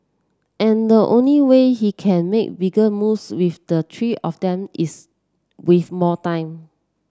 and the only way he can make bigger moves with the three of them is with more time